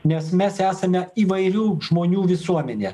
nes mes esame įvairių žmonių visuomenė